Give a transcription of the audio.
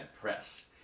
press